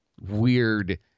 weird